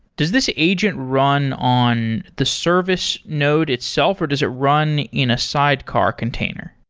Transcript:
does this agent run on the service node itself or does it run in a sidecar container?